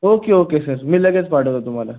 okay okay sir मी लगेच पाठवतो तुम्हाला